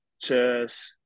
chess